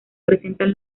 presentan